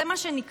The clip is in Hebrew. זה מה שנקרא: